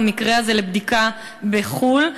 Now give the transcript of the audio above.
במקרה הזה לבדיקה בחו"ל,